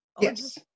Yes